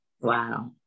Wow